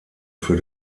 für